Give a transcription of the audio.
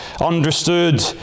understood